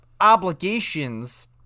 obligations